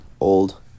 old